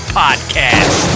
podcast